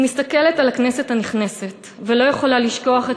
אני מסתכלת על הכנסת הנכנסת ולא יכולה לשכוח את